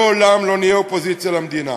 לעולם לא נהיה אופוזיציה למדינה.